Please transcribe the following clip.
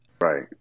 right